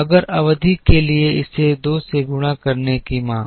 अगली अवधि के लिए इसे दो से गुणा करने की मांग